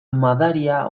madaria